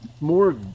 more